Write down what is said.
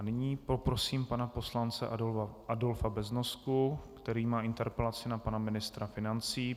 Nyní poprosím pana poslance Adolfa Beznosku, který má interpelaci na pana ministra financí.